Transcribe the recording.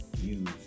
use